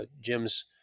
Jim's